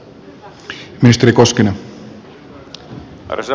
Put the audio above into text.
arvoisa puhemies